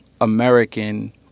American